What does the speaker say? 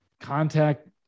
contact